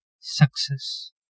success